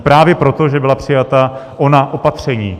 Právě proto, že byla přijata ona opatření.